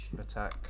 Attack